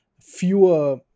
fewer